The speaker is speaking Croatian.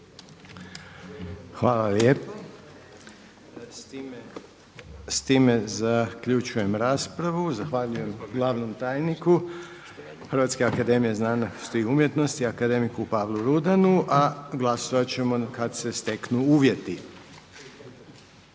Hvala lijepo. S time zaključujem raspravu. Zahvaljujem glavnom tajniku Hrvatske akademije znanosti i umjetnosti akademiku Pavlu Rudanu. A glasovat ćemo kad se steknu uvjeti.